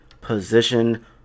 position